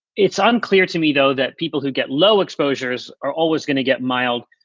it's unclear to me though that people who get low exposures are always gonna get mild,